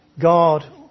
God